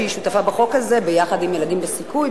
שהיא שותפה בחוק הזה ביחד עם "ילדים בסיכוי",